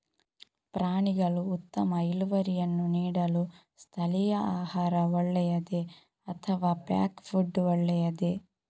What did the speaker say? ಪ್ರಾಣಿಗಳು ಉತ್ತಮ ಇಳುವರಿಯನ್ನು ನೀಡಲು ಸ್ಥಳೀಯ ಆಹಾರ ಒಳ್ಳೆಯದೇ ಅಥವಾ ಪ್ಯಾಕ್ ಫುಡ್ ಒಳ್ಳೆಯದೇ?